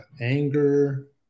anger